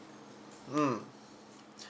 mm